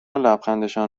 لبخندشان